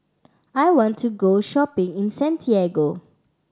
I want to go shopping in Santiago